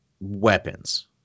weapons